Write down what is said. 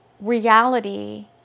reality